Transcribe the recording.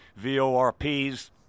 VORPs